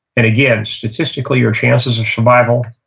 and again, statistically, your chances of survival,